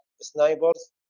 snipers